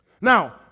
Now